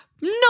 No